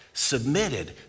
submitted